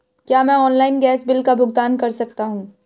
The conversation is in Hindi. क्या मैं ऑनलाइन गैस बिल का भुगतान कर सकता हूँ?